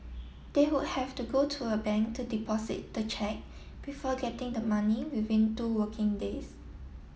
they would have to go to a bank to deposit the cheque before getting the money within two working days